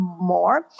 more